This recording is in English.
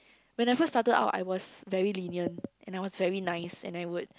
when I first started out I was very lenient and I was very nice and I would